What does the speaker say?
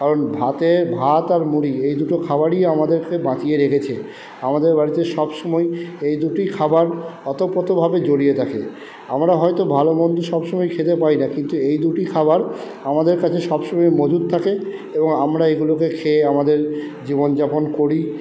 কারণ ভাতে ভাত আর মুড়ি এই দুটো খাবারই আমাদেরকে বাঁচিয়ে রেখেছে আমাদের বাড়িতে সবসময় এই দুটিই খাবার ওতপ্রোতভাবে জড়িয়ে থাকে আমরা হয়তো ভালো মন্দ সবসময় খেতে পাই না কিন্তু এই দুটি খাবার আমাদের কাছে সবসময় মজুত থাকে এবং আমরা এগুলোকে খেয়ে আমাদের জীবনযাপন করি